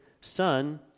Son